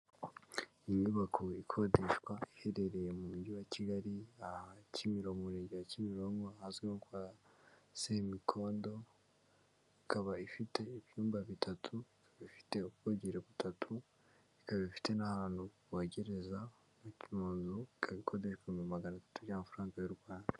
iyi nyubako ikodeshwa iherereye mu mujyi wa kigali kimiro murenge kimironko ahazwi nko kwa semikondo ikaba ifite ibyumba bitatu bifite ubwogero butatu ikaba ifite n'ahantu bogereza ba kimunntu ikabikorede ibihumbi magana atatu by'amafaranga y'u rwanda Inyubako ikodeshwa iherereye mu mujyi wa Kigaki Kimironko, mu murenge wa Kimironko ahazwi ngo kwa Semikondo. Ikaba ifite n'ahantu bogereza ba Kimuntu, ikaba ikodeshwa ibihumbi magana atanu by'amafaranga y'u Rwanda.